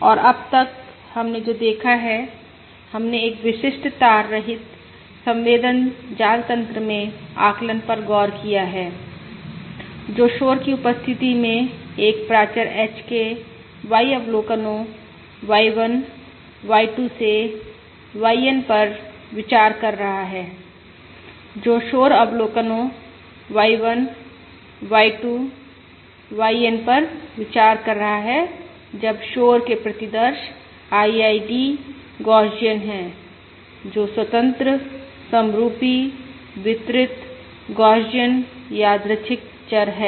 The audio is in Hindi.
और अब तक हमने जो देखा है हमने एक विशिष्ट तार रहित संवेदन जाल तन्त्र में आकलन पर गौर किया है जो शोर की उपस्थिति में एक प्राचर h के Y अवलोकनो Y1 Y2 से YN पर विचार कर रहा है जो शोर अवलोकनो Y1 Y2 YN पर विचार कर रहा है जब शोर के प्रतिदर्श IID गौसियन हैं जो स्वतंत्र समरूपी वितरित गौसियन यादृच्छिक चर हैं